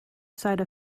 side